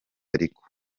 ariko